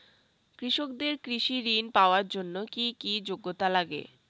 কৃষকদের কৃষি ঋণ পাওয়ার জন্য কী কী যোগ্যতা লাগে?